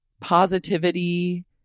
positivity